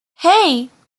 hey